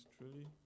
truly